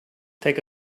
take